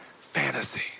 Fantasy